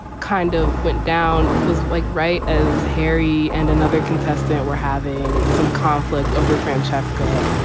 kind of went down was like right as harry and another contestant were having some conflict over francesca,